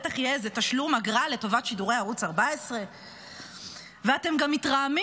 בטח יהיה איזה תשלום אגרה לטובת שידורי ערוץ 14. ואתם גם מתרעמים